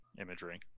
imagery